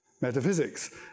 metaphysics